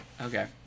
Okay